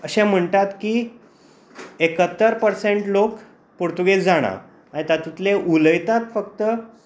अशें म्हणटात की एक्यात्तर पर्सेन्ट लोक पुर्तुगीज जाणा तातुंतले उलयता फक्त